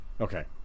Okay